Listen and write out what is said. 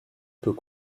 peut